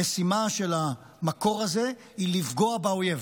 המשימה של המקור הזה היא לפגוע באויב